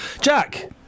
Jack